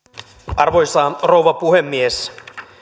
arvoisa rouva puhemies